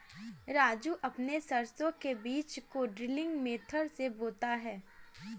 राजू अपने सरसों के बीज को ड्रिलिंग मेथड से बोता है